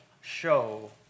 show